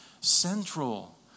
central